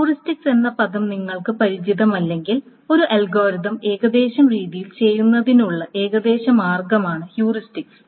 heuristics എന്ന പദം നിങ്ങൾക്ക് പരിചിതമല്ലെങ്കിൽ ഒരു അൽഗോരിതം ഏകദേശ രീതിയിൽ ചെയ്യുന്നതിനുള്ള ഏകദേശ മാർഗ്ഗമാണ് ഹ്യൂറിസ്റ്റിക്സ്